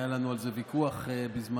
היה לנו על זה ויכוח בזמנו,